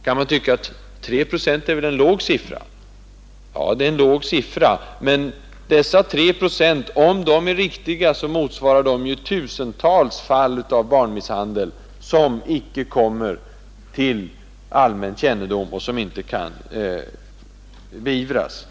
Det kan tyckas att tre procent är en låg siffra. Ja, det är en låg siffra, men om den är riktig, så motsvarar dessa tre procent tusentals fall av barnmisshandel som icke kommer till allmän kännedom och som inte kan beivras.